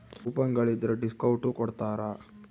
coupon ಗಳಿದ್ರ discount ಕೊಡ್ತಾರ